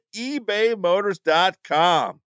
ebaymotors.com